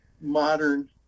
modern